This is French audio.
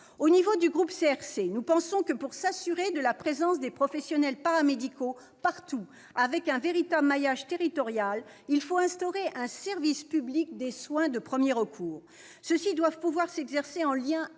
et citoyen pensent que, pour s'assurer de la présence des professionnels paramédicaux partout avec un véritable maillage territorial, il faut instaurer un service public des soins de premiers recours. Ceux-ci doivent pouvoir s'exercer en lien